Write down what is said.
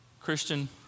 Christian